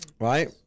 right